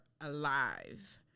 alive